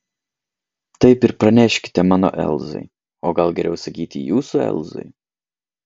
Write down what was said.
taip ir praneškite mano elzai o gal geriau sakyti jūsų elzai